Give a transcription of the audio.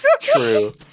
True